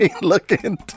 looking